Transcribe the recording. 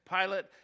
Pilate